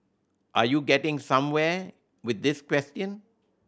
are you getting somewhere with this question